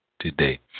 today